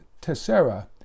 tessera